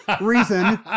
reason